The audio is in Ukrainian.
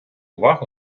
увагу